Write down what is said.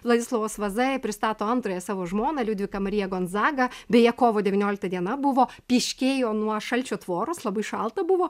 vladislovas vaza pristato antrąją savo žmoną liudviką mariją gonzagą beje kovo devyniolikta diena buvo pyškėjo nuo šalčio tvoros labai šalta buvo